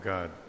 God